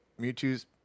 Mewtwo's